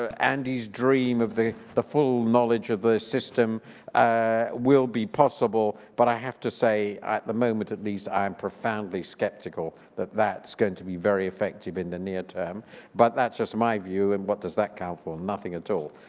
ah andy's dream of the the full knowledge of the system will be possible but i have to say at the moment at least, i am profoundly skeptical that that's going to be very effective in the near term but that's just my view and what does that count for? nothing at all.